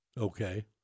Okay